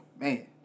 man